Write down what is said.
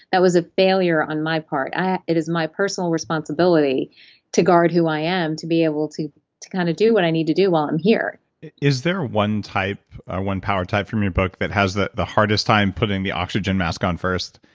that was a failure on my part. it is my personal responsibility to guard who i am, to be able to to kind of do what i need to do while i'm here is there a one type, a one power type from your book that has the the hardest time putting the oxygen mask on first?